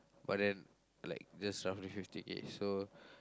but then like just roughly fifty K so